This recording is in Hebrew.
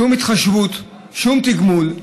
שום התחשבות, שום תגמול,